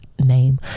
name